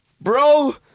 Bro